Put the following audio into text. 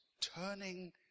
turning